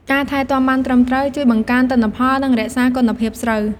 ការថែទាំបានត្រឹមត្រូវជួយបង្កើនទិន្នផល និងរក្សាគុណភាពស្រូវ។